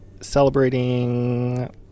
celebrating